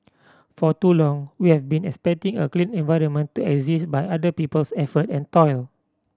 for too long we have been expecting a clean environment to exist by other people's effort and toil